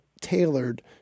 tailored